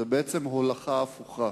היא בעצם הולכה הפוכה